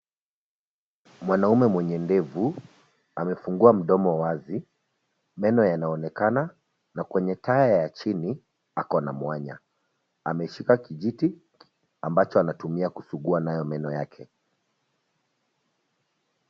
Mwanaume mwenye ndevu amefungua mdomo wazi. Meno yanaonekana na kwenye taya ya chini akona mwanya. Ameshika kijiti ambacho anatumia kusugua nayo meno yake.